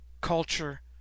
culture